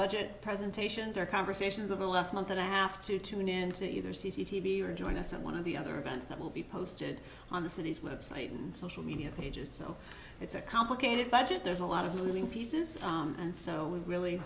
budget presentations or conversations over the last month and a half to tune in to either c c t v or join us at one of the other events that will be posted on the city's website and social media pages so it's a complicated budget there's a lot of moving pieces and so we really